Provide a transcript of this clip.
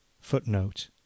footnote